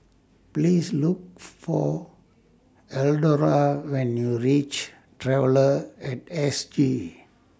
Please Look For Eldora when YOU REACH Traveller At S G